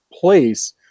place